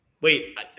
wait